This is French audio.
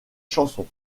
chansons